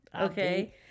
Okay